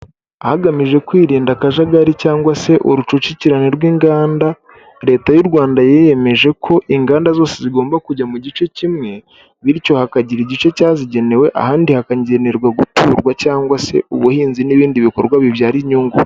Hagamije kwirinda akajagari cyangwa se urucucirane rw'inganda, leta y'u Rwanda yiyemeje ko inganda zose zigomba kujya mu gice kimwe, bityo hakagira igice cyazigenewe ahandi hakagenerwa guturwa cyangwa se ubuhinzi n'ibindi bikorwa bibyara inyungu.